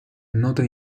nota